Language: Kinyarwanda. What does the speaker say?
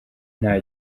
nta